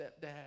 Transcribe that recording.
stepdad